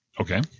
okay